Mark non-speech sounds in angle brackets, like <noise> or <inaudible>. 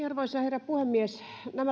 <unintelligible> arvoisa herra puhemies